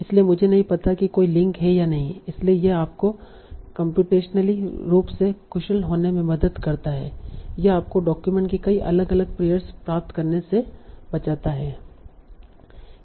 इसलिए मुझे नहीं पता कि कोई लिंक है या नहीं इसलिए यह आपको कम्प्यूटेशनली रूप से कुशल होने में भी मदद करता है यह आपको डॉक्यूमेंट के कई अलग अलग पेयर्स प्राप्त करने से बचाता है